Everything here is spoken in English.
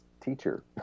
teacher